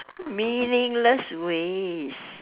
meaningless ways